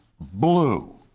blue